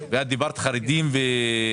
את דיברת על חרדים וערבים.